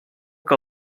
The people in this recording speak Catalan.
que